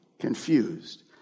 confused